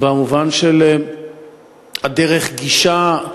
במובן של דרך גישה,